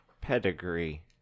Pedigree